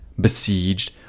besieged